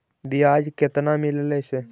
बियाज केतना मिललय से?